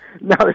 no